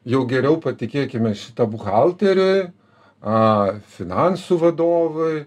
jau geriau patikėkime šitą buhalteriui a finansų vadovui